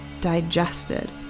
digested